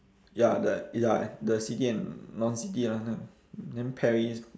ya the ya the city and non city then paris